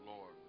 Lord